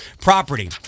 property